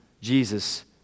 Jesus